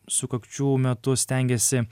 sukakčių metu stengiasi